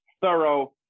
thorough